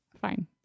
fine